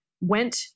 went